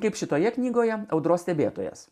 kaip šitoje knygoje audros stebėtojas